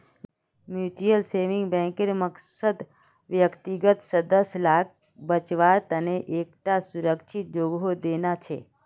mutual savings बैंकेर मकसद व्यक्तिगत सदस्य लाक बच्वार तने एक टा सुरक्ष्हित जोगोह देना छे